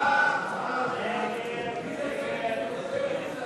סיעת ש"ס